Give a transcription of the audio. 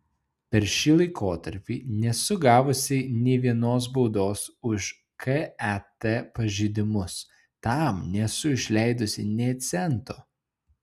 per šį laikotarpį nesu gavusi nė vienos baudos už ket pažeidimus tam nesu išleidusi nė cento